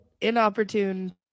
inopportune